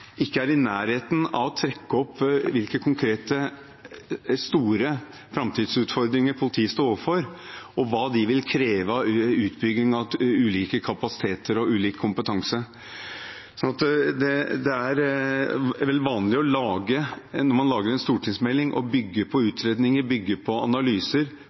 ikke er i nærheten av å trekke opp hvilke konkrete, store framtidsutfordringer politiet står overfor, og hva de vil kreve av utbygging av ulike kapasiteter og ulik kompetanse. Det er vel vanlig, når man lager en stortingsmelding, å bygge på utredninger og analyser for å komme fram til gode anbefalinger for Stortinget. Hvis man skal bygge på